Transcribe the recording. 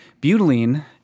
Butylene